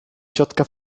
ciotka